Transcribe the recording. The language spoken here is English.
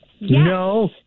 No